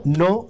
no